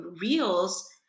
reels